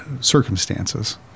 circumstances